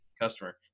customer